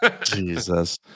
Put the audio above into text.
Jesus